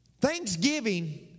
Thanksgiving